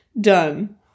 Done